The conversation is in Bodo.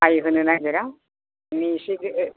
आय होनो नागेरा माने एसे बे